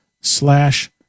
slash